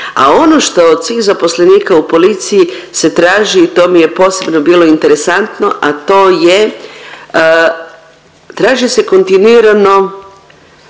A ono što je cilj zaposlenika u policiji se traži, to mi je posebno bilo interesantno, a to je traže se kontinuirano